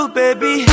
baby